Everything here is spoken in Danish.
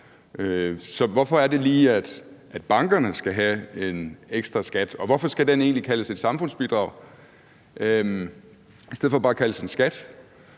hvorfor er det lige, at bankerne skal have en ekstra skat, og hvorfor skal den egentlig kaldes et samfundsbidrag i stedet for bare at kaldes en skat?